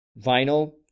vinyl